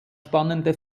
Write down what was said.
spannende